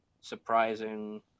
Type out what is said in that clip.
surprising